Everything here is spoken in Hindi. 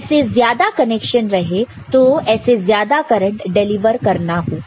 ऐसे ज्यादा कनेक्शन रहे तो ऐसे ज्यादा करंट डिलीवर करना होगा